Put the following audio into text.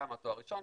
כמה תואר ראשון,